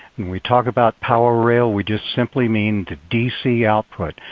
when we talk about power rail we just simply mean the dc output,